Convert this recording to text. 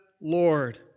Lord